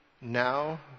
now